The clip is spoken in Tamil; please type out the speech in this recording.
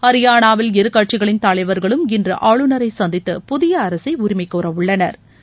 ஹரியானாவில் இருகட்சிகளின் தலைவர்களும் இன்று ஆளுநரை சந்தித்து புதிய அரசை உரிமை கோர உள்ளனா்